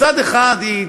מצד אחד היא,